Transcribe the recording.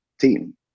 team